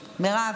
מירב,